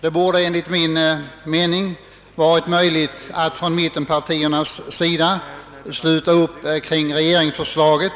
Det borde enligt min mening varit möjligt för mittenpartierna att här sluta upp kring regeringsförslaget.